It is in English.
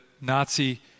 Nazi